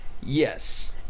Yes